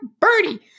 birdie